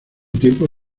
tiempo